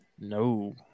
No